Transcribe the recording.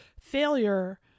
failure